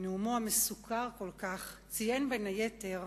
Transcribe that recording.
בנאומו המסוקר כל כך, ציין, בין היתר,